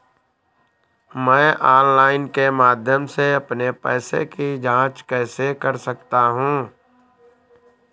मैं ऑनलाइन के माध्यम से अपने पैसे की जाँच कैसे कर सकता हूँ?